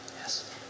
Yes